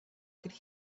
could